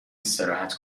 استراحت